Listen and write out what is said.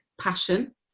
passion